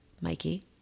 Mikey